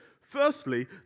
Firstly